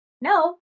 no